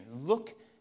Look